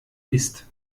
ist